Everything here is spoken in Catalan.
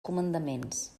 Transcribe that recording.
comandaments